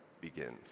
begins